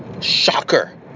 Shocker